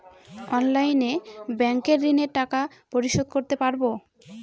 অনলাইনে ব্যাংকের ঋণের টাকা পরিশোধ করতে পারবো?